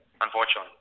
unfortunately